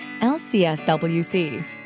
lcswc